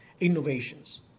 innovations